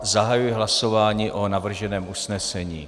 Zahajuji hlasování o navrženém usnesení.